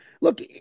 look –